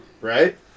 Right